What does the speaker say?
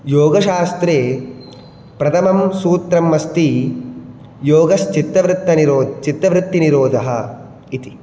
योगशास्त्रे प्रथमं सूत्रमस्ति योगश्चित्तवृत्तिनिरोधः इति